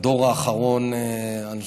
בדור האחרון אני חושב,